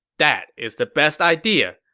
that is the best idea.